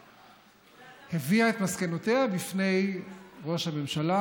היא הביאה את מסקנותיה בפני ראש הממשלה.